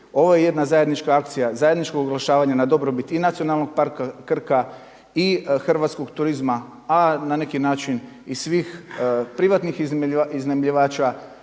Ovo je jedna zajednička akcija, zajedničko oglašavanje na dobrobit i Nacionalnog parka Krka i hrvatskog turizma a na neki način i svih privatnih iznajmljivača